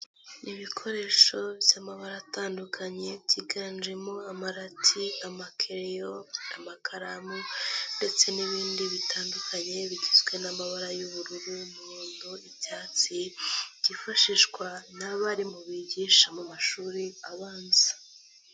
Ibikoresho by'amabara atandukanye byiganjemo amarati, amakereleyo, amakaramu ndetse n'ibindi bitandukanye bigizwe n'amabara y'ubururu n'umundo, ibyatsi, byifashishwa n'abarimu bigisha mu mashuri abanza.